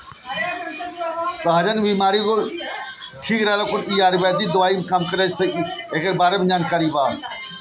सैजन कअ तरकारी बनेला अउरी एसे आयुर्वेदिक दवाई भी बनावल जाला